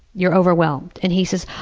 you're overwhelmed? and he says,